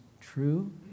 true